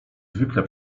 zwykle